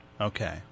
Okay